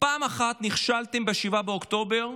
פעם אחת נכשלתם, ב-7 באוקטובר,